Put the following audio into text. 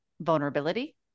vulnerability